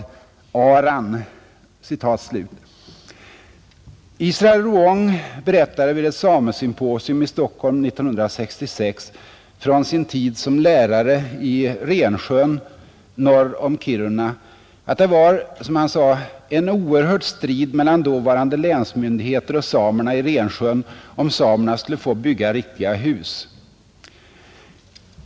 Israel Ruong berättade vid ett samesymposium i Stockholm 1966 från sin tid som lärare i Rensjön norr om Kiruna att det, som han sade, var ”en oerhörd strid mellan dåvarande länsmyndigheter och samerna i Rensjön, om samerna skulle få bygga riktiga hus”.